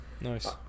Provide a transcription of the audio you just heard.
Nice